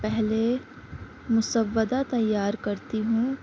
پہلے مسودہ تیار کرتی ہوں